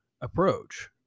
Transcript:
approach